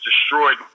destroyed